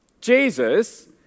Jesus